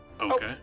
Okay